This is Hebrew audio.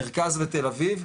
מרכז ותל אביב,